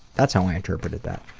that's how i interpreted that.